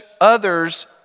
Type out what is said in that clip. others